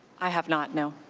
i have not, no.